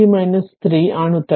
അതിനാൽ ഇതാണ് ഉത്തരം